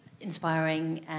inspiring